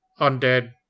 undead